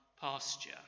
pasture